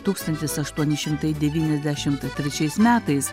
tūkstantis aštuoni šimtai devyniasdešimt trečiais metais